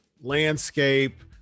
landscape